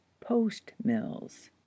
post-mills